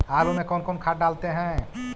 आलू में कौन कौन खाद डालते हैं?